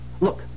Look